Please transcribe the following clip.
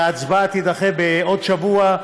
וההצבעה תידחה בעוד שבוע,